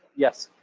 yes?